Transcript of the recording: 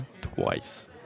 twice